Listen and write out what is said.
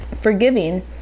forgiving